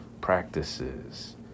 practices